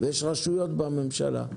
ויש רשויות בממשלה,